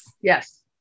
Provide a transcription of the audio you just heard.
Yes